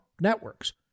networks